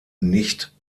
nicht